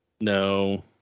No